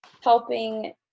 helping